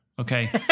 okay